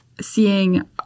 seeing